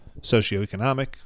socioeconomic